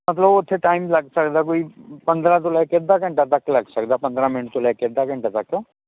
ਮਤਲਬ ਓਥੇ ਟਾਈਮ ਲੱਗ ਸਕਦਾ ਕੋਈ ਪੰਦਰਾਂ ਤੋਂ ਲੈ ਕੇ ਅੱਧਾ ਘੰਟਾ ਤੱਕ ਲੱਗ ਸਕਦਾ ਪੰਦਰਾਂ ਮਿੰਟ ਤੋਂ ਲੈ ਕੇ ਅੱਧਾ ਘੰਟਾ ਤੱਕ